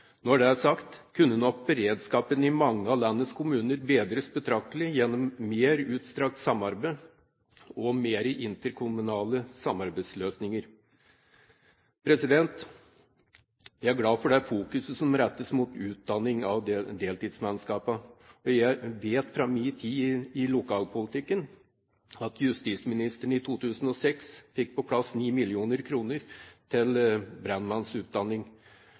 Når det er sagt, kunne nok beredskapen i mange av landets kommuner bedres betraktelig gjennom mer utstrakt samarbeid og flere interkommunale samarbeidsløsninger. Jeg er glad for det fokuset som rettes mot utdanning av deltidsmannskapene, for jeg vet fra min tid i lokalpolitikken at justisministeren i 2006 fikk på plass 9 mill. kr til brannmannsutdanning.